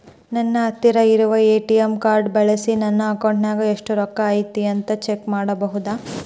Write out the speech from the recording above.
ನನ್ನ ಹತ್ತಿರ ಇರುವ ಎ.ಟಿ.ಎಂ ಕಾರ್ಡ್ ಬಳಿಸಿ ನನ್ನ ಅಕೌಂಟಿನಾಗ ಎಷ್ಟು ರೊಕ್ಕ ಐತಿ ಅಂತಾ ಚೆಕ್ ಮಾಡಬಹುದಾ?